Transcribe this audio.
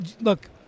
Look